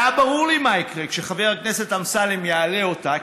והיה ברור לי מה יקרה כשחבר הכנסת אמסלם יעלה אותה,